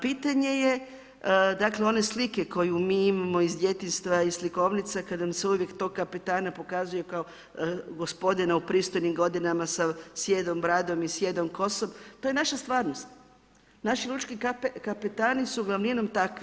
Pitanje je, dakle, one slike, koju mi imamo iz djetinjstva i slikovnica, kada nam se uvijek tog kapetana pokazuje, kao gospodina u pristojnim godinama sa sijedom bradom i sijedom,, kosom, to je naša stvarnost, naši lučki kapetani su glavninom takvi.